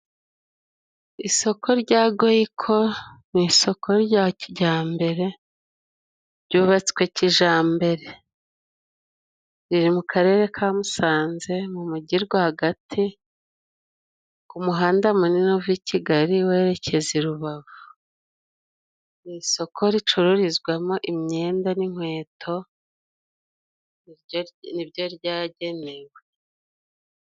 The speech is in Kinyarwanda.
Isoko rya goyico ni isoko rya kijyambere ryubatswe kijambere. Riri mu karere ka Musanze mu mujyi rwagati ku muhanda munini uva i Kigali werekeza i Rubavu. Ni isoko ricururizwamo imyenda n'inkweto, ni byo ryagenewe.